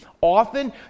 Often